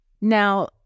Now